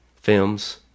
films